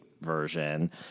version